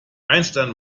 einstein